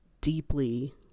deeply